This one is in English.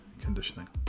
conditioning